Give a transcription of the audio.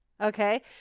Okay